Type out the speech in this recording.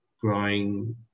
growing